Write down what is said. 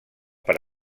per